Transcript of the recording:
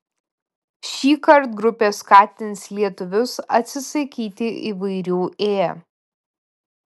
šįkart grupė skatins lietuvius atsisakyti įvairių ė